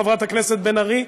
חברת הכנסת בן ארי,